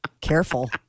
Careful